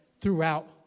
throughout